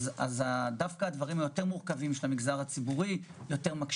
אז דווקא התהליכים היותר מורכבים של המגזר הציבורי מקשים,